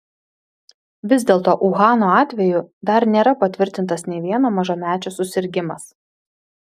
vis dėlto uhano atveju dar nėra patvirtintas nė vieno mažamečio susirgimas